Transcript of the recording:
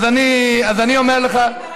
אני קראתי את